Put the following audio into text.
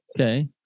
Okay